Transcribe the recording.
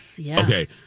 Okay